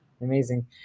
Amazing